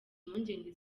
impungenge